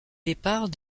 départ